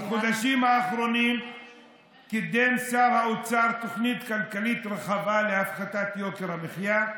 בחודשים האחרונים קידם שר האוצר תוכנית כלכלית רחבה להפחתת יוקר המחיה,